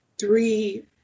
three